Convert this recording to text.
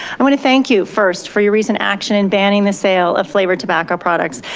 i want to thank you first, for your recent action in banning the sale of flavored tobacco products,